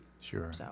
Sure